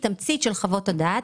בתמצית חוות הדעת